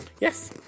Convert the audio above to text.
Yes